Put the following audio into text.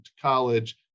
college